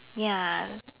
ya